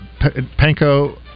panko